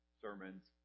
sermons